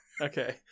Okay